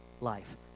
life